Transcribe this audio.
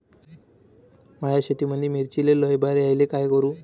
माया शेतामंदी मिर्चीले लई बार यायले का करू?